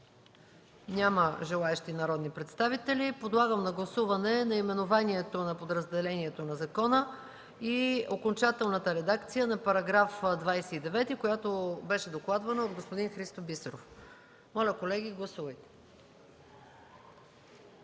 Няма желаещи народни представители. Подлагам на гласуване наименованието на подразделението на закона и окончателната редакция на § 29, която беше докладвана от господин Христо Бисеров. Гласували